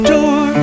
Door